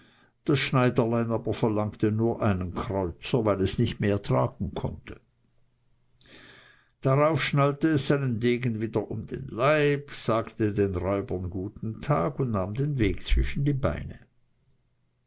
das schneiderlein aber verlangte nur einen kreuzer weil es nicht mehr tragen konnte darauf schnallte es seinen degen wieder um den leib sagte den räubern guten tag und nahm den weg zwischen die beine